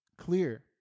clear